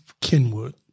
Kenwood